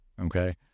Okay